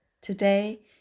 Today